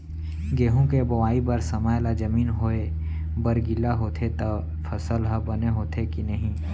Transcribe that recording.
गेहूँ के बोआई बर समय ला जमीन होये बर गिला होथे त फसल ह बने होथे की नही?